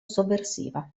sovversiva